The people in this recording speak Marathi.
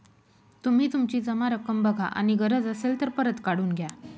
तुम्ही तुमची जमा रक्कम बघा आणि गरज असेल तर परत काढून घ्या